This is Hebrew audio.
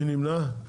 מי נמנע?